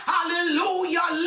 Hallelujah